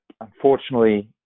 unfortunately